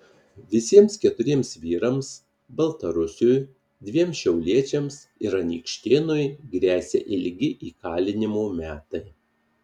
visiems keturiems vyrams baltarusiui dviem šiauliečiams ir anykštėnui gresia ilgi įkalinimo metai